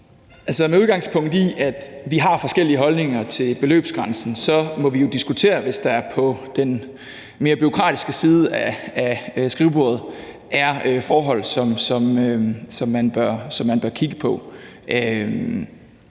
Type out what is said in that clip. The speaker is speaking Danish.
Med udgangspunkt i, at vi har forskellige holdninger til beløbsgrænsen, så må vi jo diskutere, om der på den mere bureaukratiske side af skrivebordet er forhold, som man bør kigge på.